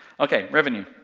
ok, revenue.